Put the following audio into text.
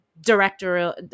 directorial